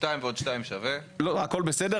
הכל בסדר,